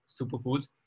superfoods